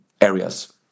areas